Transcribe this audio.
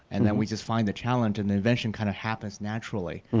and then we just find the challenge, and the invention kind of happens naturally.